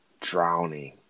Drowning